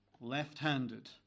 left-handed